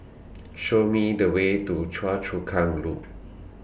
Show Me The Way to Choa Chu Kang Loop